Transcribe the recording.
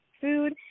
Food